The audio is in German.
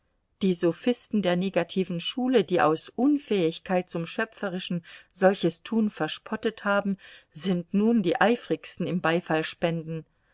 die sophisten der negativen schule die aus unfähigkeit zum schöpferischen solches tun verspottet haben sind nun die eifrigsten im